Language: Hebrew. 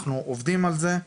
אנחנו עובדים על זה.